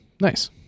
nice